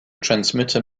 transmitter